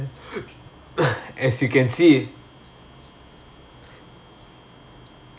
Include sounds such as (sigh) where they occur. (laughs) as you can see